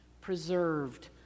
preserved